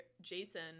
Jason